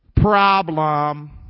Problem